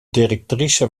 directrice